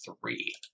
three